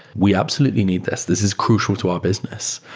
we absolutely need this. this is crucial to our business.